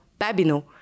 Babino